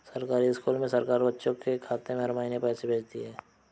सरकारी स्कूल में सरकार बच्चों के खाते में हर महीने पैसे भेजती है